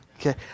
Okay